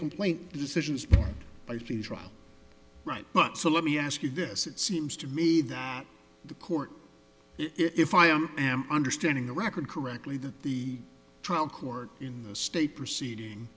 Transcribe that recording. complaint decisions by steve trial right but so let me ask you this it seems to me that the court if i am i am understanding the record correctly that the trial court in the state proceeding